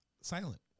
Silent